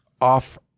off